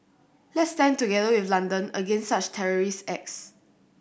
let's stand together with London against such terrorist acts